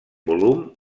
volum